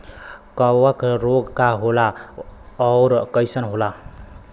कवक रोग का होला अउर कईसन होला?